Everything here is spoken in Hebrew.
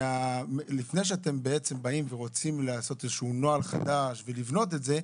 לפני שאתם באים ורוצים לעשות איזשהו נוהל חדש ולבנות את זה,